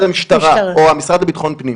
המשטרה או המשרד לביטחון פנים.